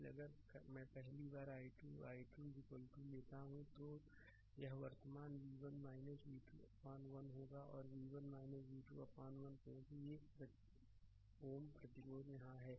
इसलिए अगर मैं पहली बार i 2 i 2 लेता हूं तो यह वर्तमान v1 v2 अपान 1होगा v1 v2 अपान 1 क्योंकि एक Ω प्रतिरोध यहाँ है